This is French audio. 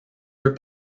peu